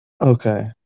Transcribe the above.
Okay